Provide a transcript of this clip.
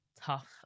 tough